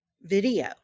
video